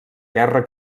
guerra